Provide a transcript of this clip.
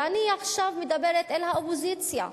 ואני עכשיו מדברת אל האופוזיציה,